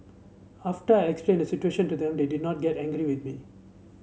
after I explain the situation to them they did not get angry with me